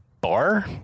bar